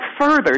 further